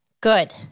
Good